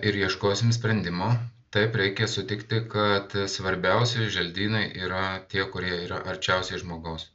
ir ieškosim sprendimo taip reikia sutikti kad svarbiausi želdynai yra tie kurie yra arčiausiai žmogaus